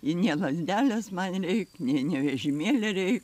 ir nei lazdelės man reik nei ne vežimėlio reik